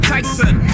Tyson